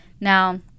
Now